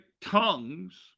tongues